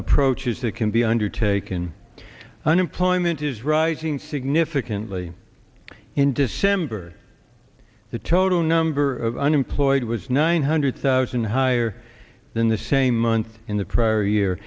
approaches that can be undertaken unemployment is rising significantly in december the total number of unemployed was nine hundred thousand higher than the same month in the prior year